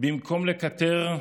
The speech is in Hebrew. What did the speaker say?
במקום לקטר,